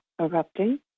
erupting